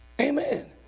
Amen